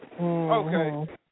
Okay